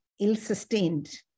ill-sustained